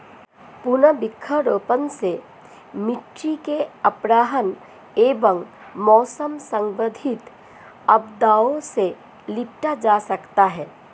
पुनः वृक्षारोपण से मिट्टी के अपरदन एवं मौसम संबंधित आपदाओं से निपटा जा सकता है